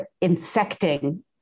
infecting